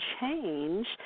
change